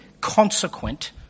consequent